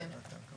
כן.